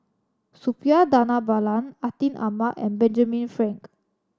Suppiah Dhanabalan Atin Amat and Benjamin Frank